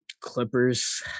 Clippers